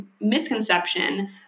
misconception